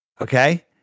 Okay